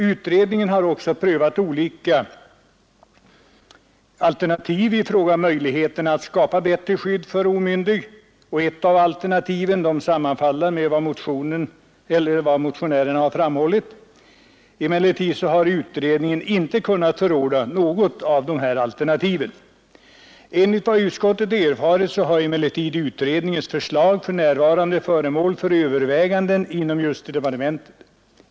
Utredningen har också prövat olika alternativ i fråga om möjligheterna att skapa bättre skydd för omyndig, och ett av alternativen sammanfaller med vad motionärerna framhållit. Emellertid har utredningen inte kunnat förorda något av alternativen. Enligt vad utskottet erfarit är utredningens förslag för närvarande föremål för överväganden inom justitiedepartementet.